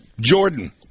jordan